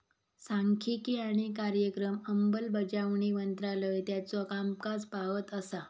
सांख्यिकी आणि कार्यक्रम अंमलबजावणी मंत्रालय त्याचो कामकाज पाहत असा